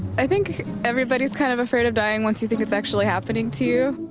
i think everybody's kind of afraid of dying once you think it's actually happening to you.